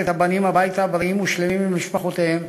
את הבנים הביתה בריאים ושלמים למשפחותיהם.